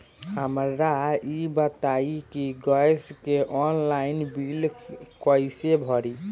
हमका ई बताई कि गैस के ऑनलाइन बिल कइसे भरी?